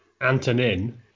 Antonin